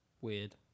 weird